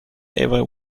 ever